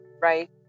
right